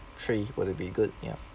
three will be good yup